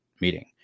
meeting